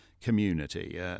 community